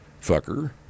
fucker